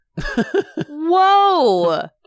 Whoa